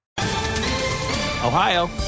Ohio